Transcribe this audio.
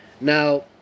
Now